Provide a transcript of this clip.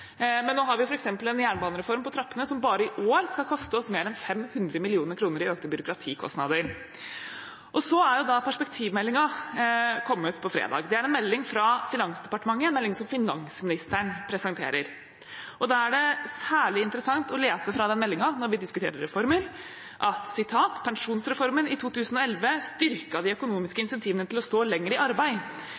Nå har vi f.eks. en jernbanereform på trappene, som bare i år skal koste oss mer enn 500 mill. kr i økte byråkratikostnader. Så kom perspektivmeldingen på fredag. Det er en melding fra Finansdepartementet, en melding som finansministeren presenterer. Da er det særlig interessant, når vi diskuterer reformer, å lese fra den meldingen: «Pensjonsreformen i 2011 styrket de økonomiske insentivene til å stå lenger i arbeid.